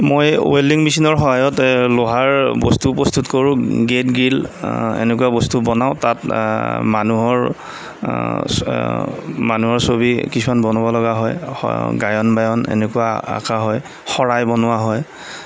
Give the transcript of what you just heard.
মই ৱেলডিং মেচিনৰ সহায়ত লোহাৰ বস্তু প্ৰস্তুত কৰোঁ গে'ট গ্ৰিল এনেকুৱা বস্তু বনাওঁ তাত মানুহৰ মানুহৰ ছবি কিছুমান বনাবলগা হয় গায়ন বায়ন এনেকুৱা অঁকা হয় শৰাই বনোৱা হয়